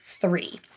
three